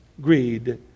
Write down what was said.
greed